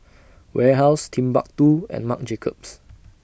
Warehouse Timbuk two and Marc Jacobs